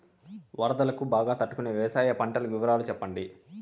వరదలకు బాగా తట్టు కొనే వ్యవసాయ పంటల వివరాలు చెప్పండి?